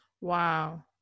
Wow